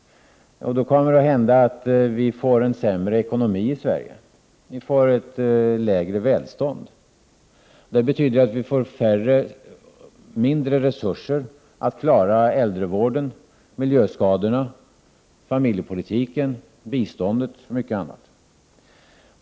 Ja, då kommer vi att få en sämre ekonomi i Sverige. Vi får ett lägre välstånd. Det betyder att vi får mindre resurser att klara äldrevården, miljöskadorna, familjepolitiken, biståndet och mycket annat.